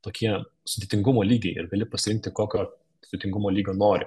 tokie sudėtingumo lygiai ir gali pasirinkti kokio sudėtingumo lygio nori